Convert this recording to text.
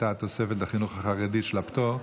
הייתה התוספת לחינוך החרדי של הפטור,